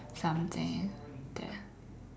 something that